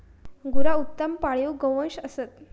गुरा उत्तम पाळीव गोवंश असत